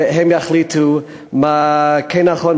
והם יחליטו מה כן נכון,